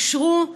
אושרו.